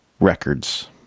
Records